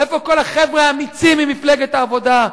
איפה כל החבר'ה האמיצים ממפלגת העבודה?